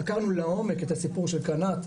חקרנו לעומק את הסיפור של קנ"ת,